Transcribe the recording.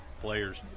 players